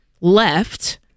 left